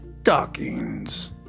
stockings